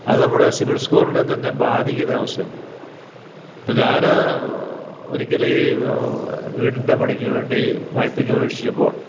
അതു നമ്മുടെ സിബിൽ സ്കോറിനെ തന്നെ ബാധിക്കുന്നൊരവസ്ഥയാണ് ഇപ്പം ഞാൻ ഒരിക്കലീ വീടിൻ്റെ പണിക്കു വേണ്ടി വായ്പക്കപേക്ഷിച്ചപ്പോൾ